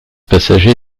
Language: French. passagers